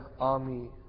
army